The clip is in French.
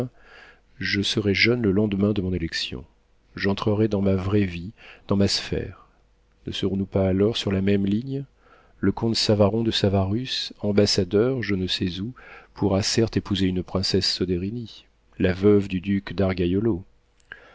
je serai jeune le lendemain de mon élection j'entrerai dans ma vraie vie dans ma sphère ne serons-nous pas alors sur la même ligne le comte savaron de savarus ambassadeur je ne sais où pourra certes épouser une princesse soderini la veuve du duc d'argaiolo